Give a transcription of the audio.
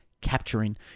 capturing